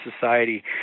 society